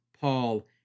Paul